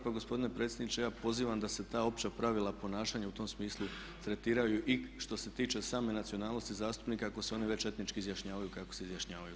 Pa gospodine predsjedniče, ja pozivam da se ta opća pravila ponašanja u tom smislu tretiraju i što se tiče same nacionalnosti zastupnika ako se oni već četnički izjašnjavaju kako se izjašnjavaju.